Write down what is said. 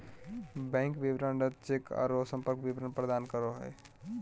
bank विवरण रद्द cheque औरो संपर्क विवरण प्रदान करो हइ